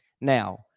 Now